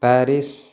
Paris